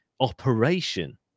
operation